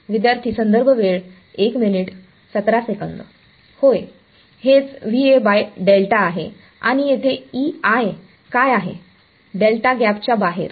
विद्यार्थीः होय हेच आहे आणि येथे काय आहे डेल्टा गॅप च्या बाहेर